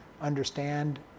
understand